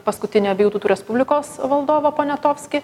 paskutinį abiejų tautų respublikos valdovą poniatovskį